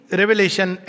revelation